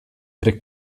tre